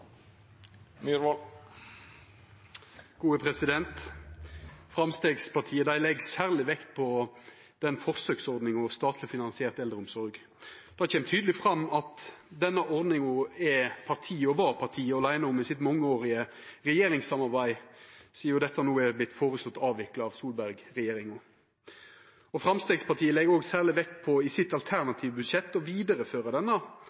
Framstegspartiet legg særleg vekt på forsøksordninga med statleg finansiert eldreomsorg. Det kjem tydeleg fram at denne ordninga var partiet aleine om i sitt mangeårige regjeringssamarbeid, sidan dette no er føreslått avvikla av Solberg-regjeringa. I sitt alternative budsjett legg Framstegspartiet også særleg vekt på å vidareføra denne